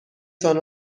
تان